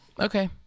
Okay